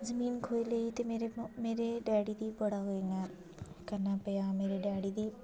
जमीन खोई लेई ते मेरे डैडी गी बड़ा इ'यां करना पेआ मेरे डैडी गी